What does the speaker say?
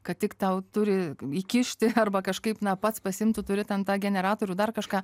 kad tik tau turi įkišti arba kažkaip na pats pasiimt tu turi ten tą generatorių dar kažką